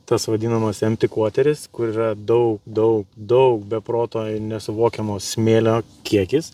tas vadinamas em tikvoteris kur yra daug daug daug be proto ir nesuvokiamo smėlio kiekis